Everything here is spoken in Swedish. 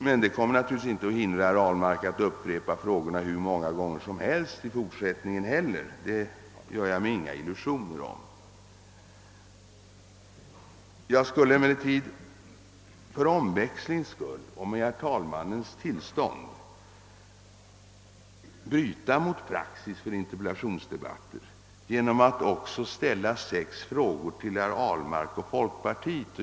Deita kommer naturligtvis inte att hindra herr Ahlmark från att upprepa frågorna hur många gånger som helst i fortsättningen — därvidlag gör jag mig inga illusioner. Jag skulle emellertid för omväxlings skull och med herr talmannens tillstånd vilja bry ta mot praxis för interpellationsdebatter genom att ställa frågor till herr Ahlmark och folkpartiet.